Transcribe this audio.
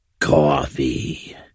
Coffee